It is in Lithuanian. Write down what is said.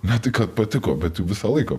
ne tik kad patiko bet visą laiką